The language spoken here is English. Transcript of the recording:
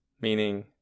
Meaning